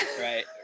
right